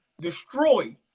destroyed